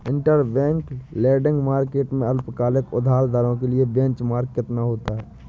Interbank lending market में अल्पकालिक उधार दरों के लिए बेंचमार्क कितना होता है?